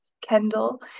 Kendall